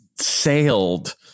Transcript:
sailed